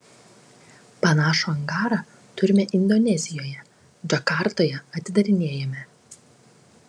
panašų angarą turime indonezijoje džakartoje atidarinėjame